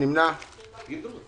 אפשר להצביע.